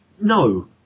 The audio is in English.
no